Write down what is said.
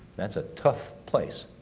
that's a tough place.